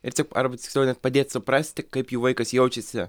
ir arba tiksliau net padėt suprasti kaip jų vaikas jaučiasi